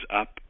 up